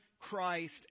Christ